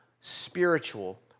spiritual